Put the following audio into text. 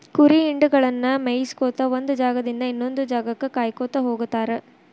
ಕುರಿ ಹಿಂಡಗಳನ್ನ ಮೇಯಿಸ್ಕೊತ ಒಂದ್ ಜಾಗದಿಂದ ಇನ್ನೊಂದ್ ಜಾಗಕ್ಕ ಕಾಯ್ಕೋತ ಹೋಗತಾರ